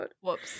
whoops